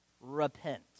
repent